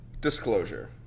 disclosure